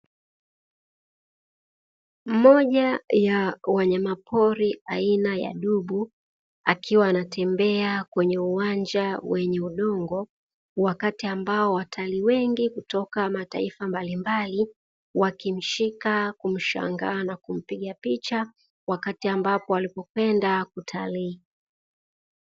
Mmoja ya wanyamapori aina ya dubu akiwa anatembea kwenye uwanja wenye udongo, wakati ambao watalii wengi kutoka mataifa mbalimbali wakimshika kumshangaa na kumpiga picha wakati ambapo walipopenda kutalii.